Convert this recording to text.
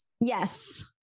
Yes